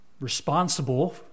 responsible